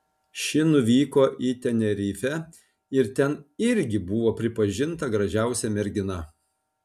ši nuvyko į tenerifę ir ten irgi buvo pripažinta gražiausia mergina